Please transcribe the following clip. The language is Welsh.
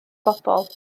bobl